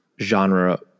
genre